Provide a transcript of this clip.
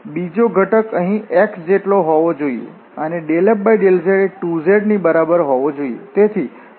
અને ∂f∂y બીજો ઘટક અહીં x જેટલો હોવો જોઈએ અને ∂f∂z એ 2 z ની બરાબર હોવો જોઈએ